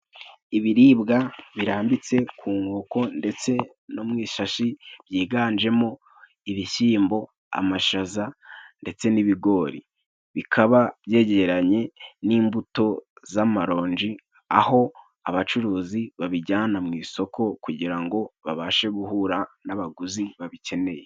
Ibiribwa birambitse ku nkoko ndetse no mu ishashi byiganje mo ibishyimbo, amashaza, ndetse n'ibigori. Bikaba byegeranye n'imbuto z'amaronji aho abacuruzi babijyana mu isoko, kugira ngo babashe guhura n'abaguzi babikeneye.